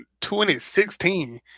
2016